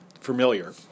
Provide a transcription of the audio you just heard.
familiar